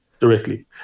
Directly